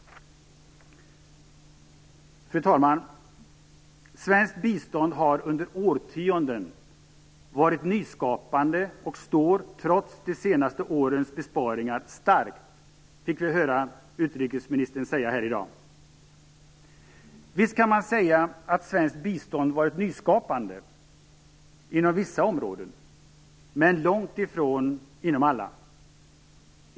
Fru talman! "Svenskt bistånd har under årtionden varit nyskapande och står, trots de senaste årens besparingar, starkt", framhöll utrikesministern här i dag. Visst kan man säga att svenskt bistånd har varit nyskapande inom vissa områden, men långt ifrån inom alla.